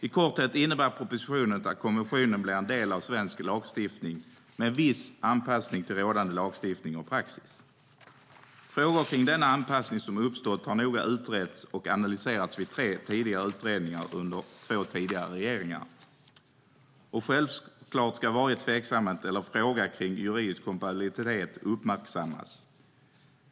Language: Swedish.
I korthet innebär propositionen att konventionen blir en del av svensk lagstiftning med viss anpassning till rådande lagstiftning och praxis. Frågor om denna anpassning som uppstått har noga utretts och analyserats i tre tidigare utredningar under två tidigare regeringar. Och självklart ska varje tveksamhet eller fråga om juridisk kompatibilitet uppmärksammas.